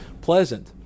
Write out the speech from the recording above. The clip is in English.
pleasant